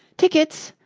tickets,